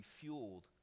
fueled